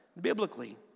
biblically